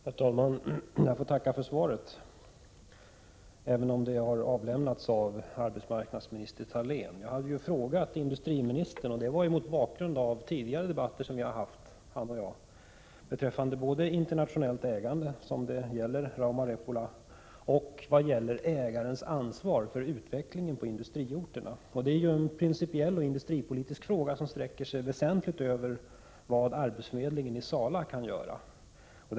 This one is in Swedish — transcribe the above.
Herr talman! Jag får tacka för svaret, även om det har lämnats av arbetsmarknadsminister Thalén. Jag ställde frågan till industriministern mot bakgrund av tidigare debatter som han och jag har haft beträffande både internationellt ägande, som det handlar om när det gäller Rauma-Repola, och ägarens ansvar för utvecklingen på industriorterna, vilket är en principiell och industripolitisk fråga som sträcker sig väsentligt längre än vad arbetsförmedlingen i Sala kan ansvara för.